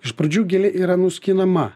iš pradžių gėlė yra nuskinama